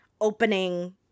opening